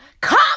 Come